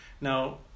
now